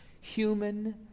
human